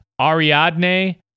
Ariadne